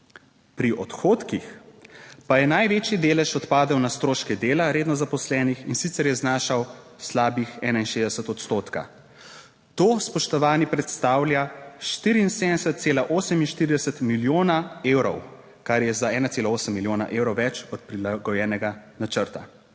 Pri odhodkih pa je največji delež odpadel na stroške dela redno zaposlenih, in sicer je znašal slabih 61 odstotka. To, spoštovani, predstavlja 74,48 milijona evrov, kar je za 1,8 milijona evrov več od prilagojenega načrta.